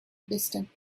distant